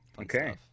okay